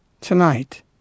tonight